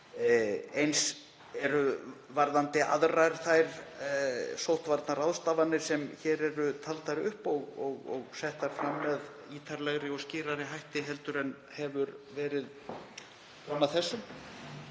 Eins er það varðandi aðrar þær sóttvarnaráðstafanir sem hér eru taldar upp og settar fram með ítarlegri og skýrari hætti en hefur verið fram að þessu.